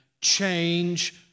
change